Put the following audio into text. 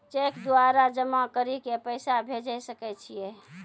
Cheque द्वारा जमा करि के पैसा भेजै सकय छियै?